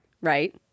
Right